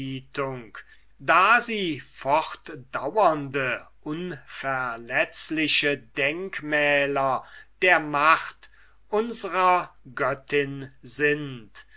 da sie fortdaurende unverletzliche denkmäler der macht unsrer göttin sind